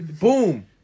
Boom